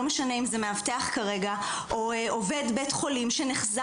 לא משנה אם זה מאבטח כרגע או עובד בית חולים שנחזה